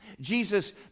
Jesus